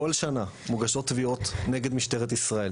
בכל שנה מוגשות תביעות נגד משטרת ישראל.